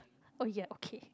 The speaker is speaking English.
oh ya okay